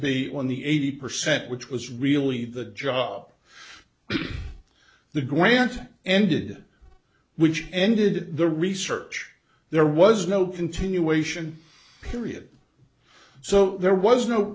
be on the eighty percent which was really the job of the grant ended which ended the research there was no continuation period so there was no